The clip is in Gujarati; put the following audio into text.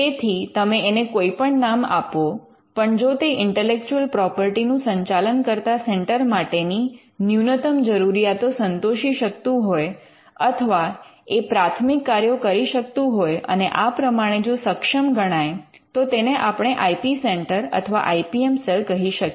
તેથી તમે એને કોઈ પણ નામ આપો પણ જો તે ઇન્ટેલેક્ચુઅલ પ્રોપર્ટી નું સંચાલન કરતા સેન્ટર માટેની ન્યૂનતમ જરૂરિયાતો સંતોષી શકતું હોય અથવા એ પ્રાથમિક કાર્યો કરી શકતું હોય અને આ પ્રમાણે જો સક્ષમ ગણાય તો તેને આપણે આઇ પી સેન્ટર અથવા આઇ પી એમ સેલ કહી શકાય